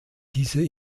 diese